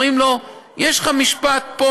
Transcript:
אומרים לו: יש לך משפט פה,